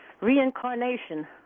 reincarnation